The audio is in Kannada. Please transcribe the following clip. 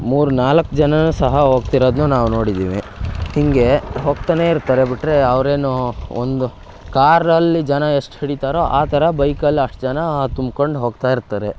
ಮೂರು ನಾಲ್ಕು ಜನರೂ ಸಹ ಹೋಗ್ತಿರೋದನ್ನ ನಾವು ನೋಡಿದ್ದೀವಿ ಹೀಗೆ ಹೋಗ್ತಲೇ ಇರ್ತಾರೆ ಬಿಟ್ಟರೆ ಅವರೇನು ಒಂದು ಕಾರಲ್ಲಿ ಜನ ಎಷ್ಟು ಹಿಡಿತಾರೋ ಆ ಥರ ಬೈಕಲ್ಲಿ ಅಷ್ಟು ಜನ ತುಂಬ್ಕೊಂಡು ಹೋಗ್ತಾ ಇರ್ತಾರೆ